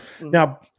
Now